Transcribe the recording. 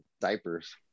diapers